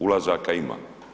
Ulazaka ima.